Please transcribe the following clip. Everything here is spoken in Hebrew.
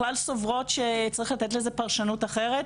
בכלל סוברות שצריך לתת לזה פרשנות אחרת.